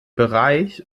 bereich